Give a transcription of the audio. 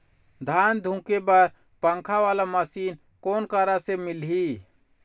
धान धुके बर पंखा वाला मशीन कोन करा से मिलही?